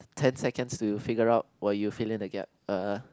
ten seconds to figure out while you fill in the gap uh